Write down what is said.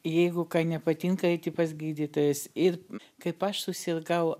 jeigu ką nepatinka eiti pas gydytojus ir kaip aš susirgau